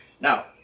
Now